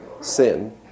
sin